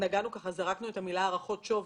זרקנו את המילה "הערכות שווי"